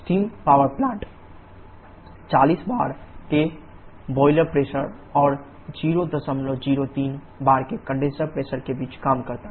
steam power plant 40 bar के boiler pressure और 003 bar के कंडेनसर प्रेशर के बीच काम करता है